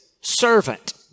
servant